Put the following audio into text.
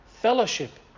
fellowship